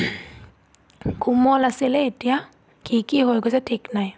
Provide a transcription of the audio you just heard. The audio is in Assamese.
কোমল আছিলে এতিয়া কি কি হৈ গৈছে ঠিক নাই